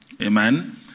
Amen